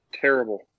Terrible